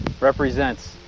represents